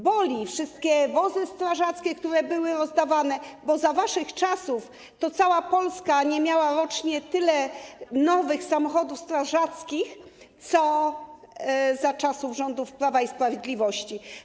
Boli - wszystkie wozy strażackie, które były rozdawane, bo za waszych czasów to cała Polska nie miała rocznie tyle nowych samochodów strażackich co za czasów rządów Prawa i Sprawiedliwości.